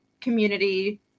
community